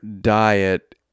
diet